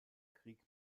krieg